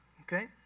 Okay